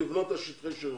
לבנות על שטחי שירות,